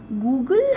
Google